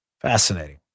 Fascinating